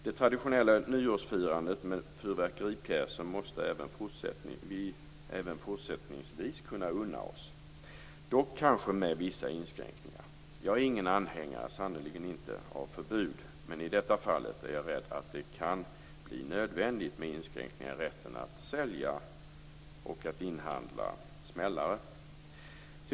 Det traditionella nyårsfirandet med fyrverkeripjäser måste vi även fortsättningsvis kunna unna oss - dock kanske med vissa inskränkningar. Jag är sannerligen inte anhängare av förbud. Men i detta fallet är jag rädd för att det kan bli nödvändigt med inskränkningar i rätten att sälja och inhandla smällare.